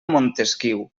montesquiu